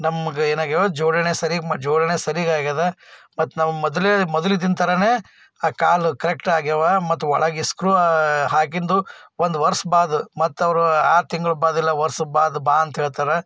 ನಮ್ಗೆ ಏನಾಗಿವೆ ಜೋಡಣೆ ಸರಿಗೆ ಮ ಜೋಡಣೆ ಸರಿಗೆ ಆಗಿದೆ ಮತ್ತು ನಾವು ಮೊದಲೇ ಮೊದಲಿದ್ದಿದ್ದ ಥರವೇ ಆ ಕಾಲು ಕರೆಕ್ಟ್ ಆಗಿವೆ ಮತ್ತು ಒಳಗೆ ಇ ಸ್ಕ್ರೂ ಹಾಕಿದ್ದು ಒಂದು ವರ್ಷ ಬಾದ ಮತ್ತು ಅವರು ಆರು ತಿಂಗ್ಳು ಬಾದಿಲ್ಲ ವರ್ಷ ಬಾದ ಬಾ ಅಂತಹೇಳ್ತಾರೆ